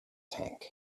tank